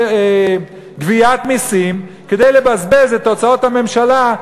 גביית מסים כדי לבזבז את הוצאות הממשלה,